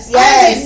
yes